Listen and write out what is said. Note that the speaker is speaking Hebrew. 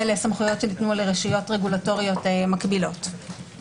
לסמכויות שניתנו לרשויות רגולטורוית מקבילות.